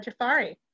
Jafari